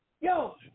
Yo